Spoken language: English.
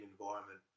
environment